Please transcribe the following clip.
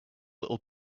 little